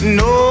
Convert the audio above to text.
no